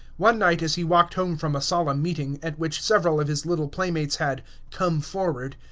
one night as he walked home from a solemn meeting, at which several of his little playmates had come forward,